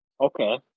Okay